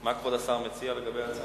מה כבוד השר מציע לגבי ההצעה?